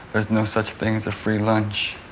there's no such thing as a free lunch.